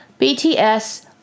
BTS